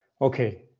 Okay